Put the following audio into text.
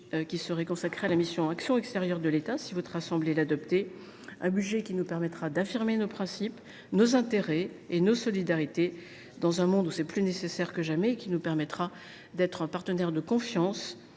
qui sera consacré à la mission « Action extérieure de l’État », si votre Assemblée l’adopte. Ce budget nous permettra d’affirmer nos principes, nos intérêts et nos solidarités, dans un monde où cela est plus nécessaire que jamais. Il contribuera à faire de la France un partenaire de confiance